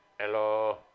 Hello